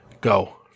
go